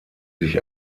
sich